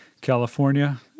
California